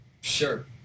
Sure